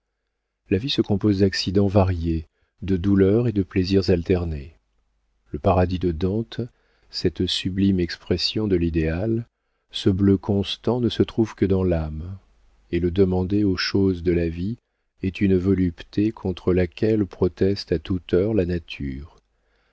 la vie se compose d'accidents variés de douleurs et de plaisirs alternés le paradis de dante cette sublime expression de l'idéal ce bleu constant ne se trouve que dans l'âme et le demander aux choses de la vie est une volupté contre laquelle proteste à toute heure la nature